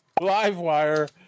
Livewire